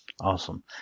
Awesome